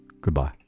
goodbye